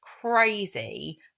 crazy